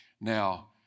Now